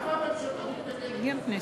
למה הממשלה מתנגדת לזה?